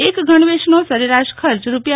એક ગણવેશનો સરેરાશ ખર્ચ રૂા